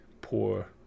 poor